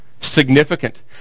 Significant